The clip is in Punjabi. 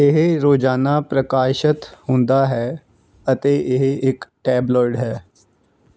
ਇਹ ਰੋਜ਼ਾਨਾ ਪ੍ਰਕਾਸ਼ਿਤ ਹੁੰਦਾ ਹੈ ਅਤੇ ਇਹ ਇੱਕ ਟੈਬਲੌਇਡ ਹੈ